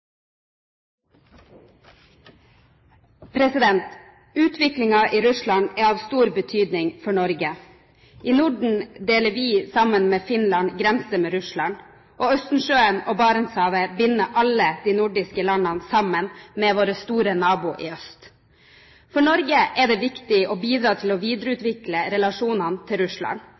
av stor betydning for Norge. I Norden deler vi, sammen med Finland, grense med Russland, og Østersjøen og Barentshavet binder alle de nordiske landene sammen med vår store nabo i øst. For Norge er det viktig å bidra til å videreutvikle relasjonene til Russland